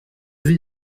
levé